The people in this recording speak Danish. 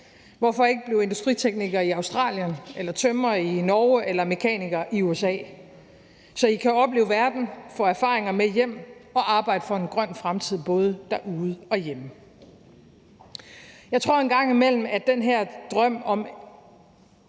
Hvorfor ikke blive industritekniker i Australien eller tømrer i Norge eller mekaniker i USA, så I kan opleve verden, få erfaringer med hjem og arbejde for en grøn fremtid, både derude og hjemme? Jeg tror, at den her drøm om